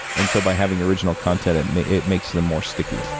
and so, by having original content, it makes them more sticky.